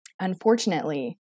unfortunately